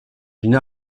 d’une